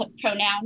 pronoun